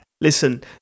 listen